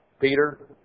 Peter